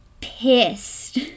pissed